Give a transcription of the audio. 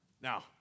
Now